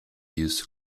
used